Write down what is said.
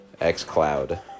xCloud